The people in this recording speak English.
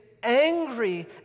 angry